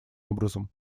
образом